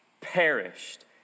perished